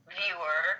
viewer